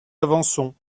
avançons